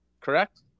correct